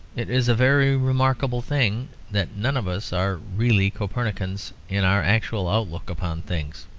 it is a very remarkable thing that none of us are really copernicans in our actual outlook upon things.